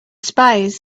spies